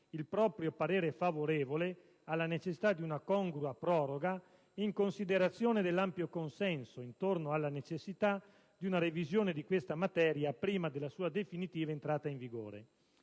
il proprio parere favorevole alla necessità di una congrua proroga, «in considerazione dell'ampio consenso intorno alla necessità di una revisione di questa materia prima della sua definitiva entrata in vigore».